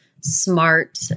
smart